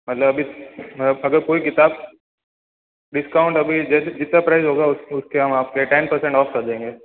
मतलब अभी मतलब अगर कोई किताब डिस्काउंट अभी जैसे जितना प्राइस होगा उसके हम आपके टेन पर्सेंट ऑफ कर देंगे